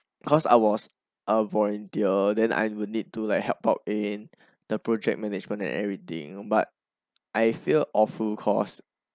cause I was a volunteer then I would need to like help out in the project management and everything but I felt awful cause